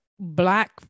black